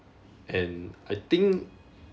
and I think